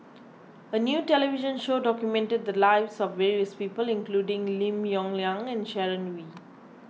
a new television show documented the lives of various people including Lim Yong Liang and Sharon Wee